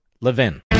LEVIN